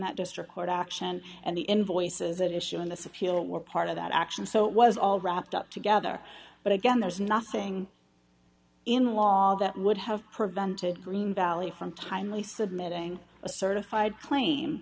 that district court action and the invoices that issue in this appeal were part of that action so it was all wrapped up together but again there's nothing in law that would have prevented green valley from timely submitting a certified claim